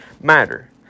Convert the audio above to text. matter